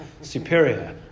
superior